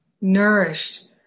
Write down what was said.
nourished